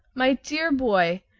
my dear boy,